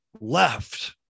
left